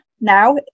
now